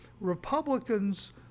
Republicans